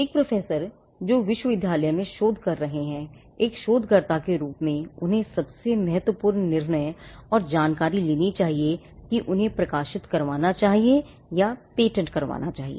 एक प्रोफेसर जो विश्वविद्यालय में शोध कर रहे हैं एक शोधकर्ता के रूप में उन्हें सबसे महत्वपूर्ण निर्णय और जानकारी लेनी चाहिए कि उन्हें प्रकाशित करवाना चाहिए या पेटेंट करवाना चाहिए